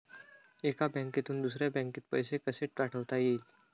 एका बँकेतून दुसऱ्या बँकेत पैसे कसे पाठवता येतील?